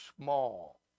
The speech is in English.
small